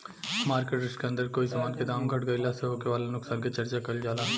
market risk के अंदर कोई समान के दाम घट गइला से होखे वाला नुकसान के चर्चा काइल जाला